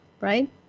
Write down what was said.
right